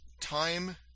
time